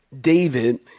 David